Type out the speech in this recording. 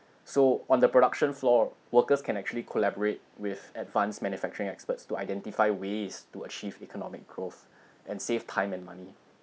so on the production floor workers can actually collaborate with advanced manufacturing experts to identify ways to achieve economic growth and save time and money